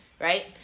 right